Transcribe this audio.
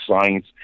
science